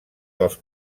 dels